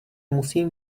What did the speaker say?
musím